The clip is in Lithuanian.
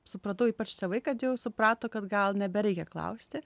supratau ypač tėvai kad jau suprato kad gal nebereikia klausti